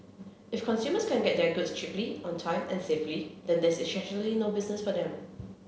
if consumers can't get their goods cheaply on time and safely then there's essentially no business for them